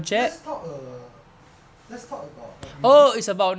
let's talk err let's talk about err do you